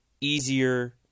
easier